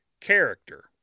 character